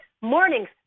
mornings